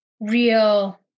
real